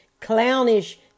clownish